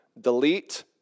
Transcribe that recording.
Delete